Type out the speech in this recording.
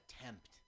attempt